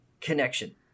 connection